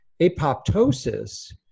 apoptosis